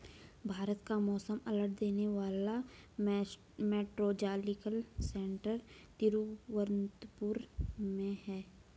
भारत का मौसम अलर्ट देने वाला मेट्रोलॉजिकल सेंटर तिरुवंतपुरम में है